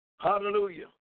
Hallelujah